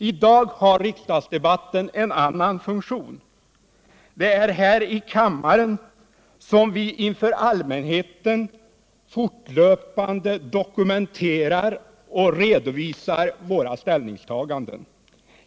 I dag har riksdagsdebatten en annan funktion. Det är här i kammaren som vi inför allmänheten fortlöpande dokumenterar och redovisar våra ställningstaganden.